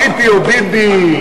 ציפי או ביבי?